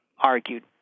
argued